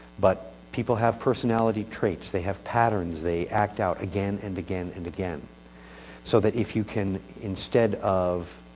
but people have personality traits they have patterns they act out again and again and again so that if you can instead of